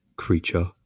creature